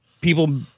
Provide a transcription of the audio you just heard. people